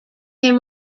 him